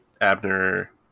Abner